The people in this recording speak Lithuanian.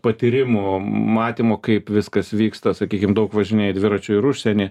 patyrimų matymų kaip viskas vyksta sakykim daug važinėji dviračiu ir užsieny